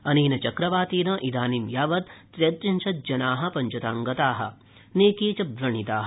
अनेन चक्रवातेन इदानीं यावत् त्रयश्त्रिंशज्जनाः पञ्चताङेगताः नैके च व्रणिताः